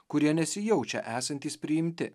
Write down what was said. kurie nesijaučia esantys priimti